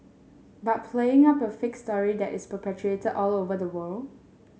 but playing up a fake story that is perpetuated all over the world